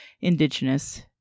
Indigenous